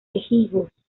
quejigos